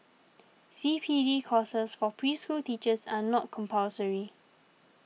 C P D courses for preschool teachers are not compulsory